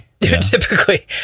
Typically